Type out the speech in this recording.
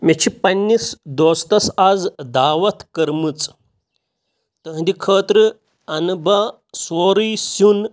مےٚ چھِ پنٛنِس دوستَس آز دعوت کٔرمٕژ تُہٕنٛدِ خٲطرٕ اَنہٕ بہٕ سورُے سیُن